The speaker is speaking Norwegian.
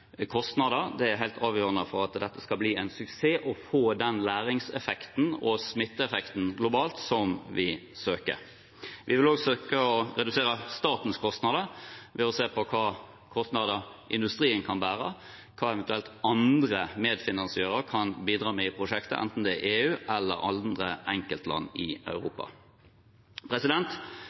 kostnader. Det er helt avgjørende for at dette skal bli en suksess og få den læringseffekten og smitteeffekten globalt som vi søker. Vi vil også søke å redusere statens kostnader ved å se på hvilke kostnader industrien kan bære, hva eventuelt andre som medfinansierer, kan bidra med i prosjektet, enten det er EU eller enkeltland i Europa.